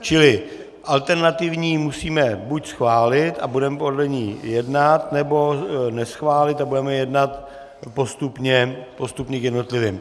Čili alternativní musíme buď schválit a budeme podle ní jednat, nebo neschválit a budeme jednat postupně jednotlivě.